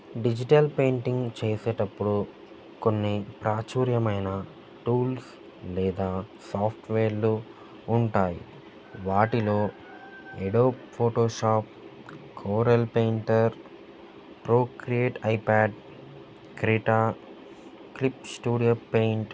digital painting చేసేటప్పుడు కొన్ని ప్రాచుర్యమైన టూల్స్ లేదా సాఫ్ట్వేర్లు ఉంటాయి వాటిలో Adobe Photoshop Corel Painter Procreate iPad Krita Clip Studio paint